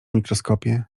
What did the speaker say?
mikroskopie